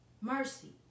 Mercy